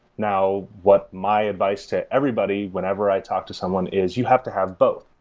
now, what my advice to everybody whenever i talk to someone is you have to have both.